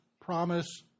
promise